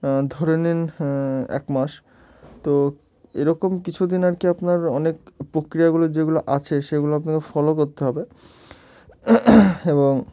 ধরে নিন এক মাস তো এরকম কিছু দিন আর কি আপনার অনেক প্রক্রিয়াগুলো যেগুলো আছে সেগুলো আপনাকে ফলো করতে হবে এবং